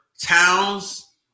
Towns